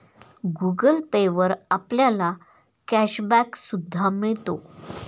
Google Pay वर आपल्याला cash back सुद्धा मिळतो